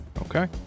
Okay